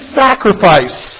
sacrifice